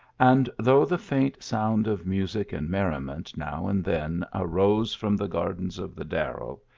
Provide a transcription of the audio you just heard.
and though the faint sound of music and merriment now and then arose from the gardens of the darro,